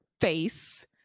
face